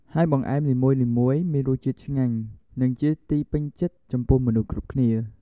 ហើយបង្អែមនីមួយៗ មានរសជាតិឆ្ងាញ់ និងជាទីពេញចិត្តចំពោះមនុស្សគ្រប់គ្នា។